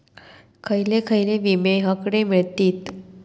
खयले खयले विमे हकडे मिळतीत?